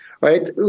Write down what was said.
right